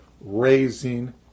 raising